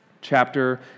chapter